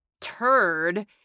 turd